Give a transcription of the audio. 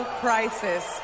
crisis